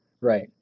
Right